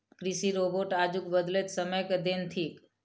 कृषि रोबोट आजुक बदलैत समय के देन थीक